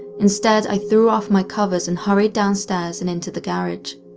instead i threw off my covers and hurried downstairs and into the garage.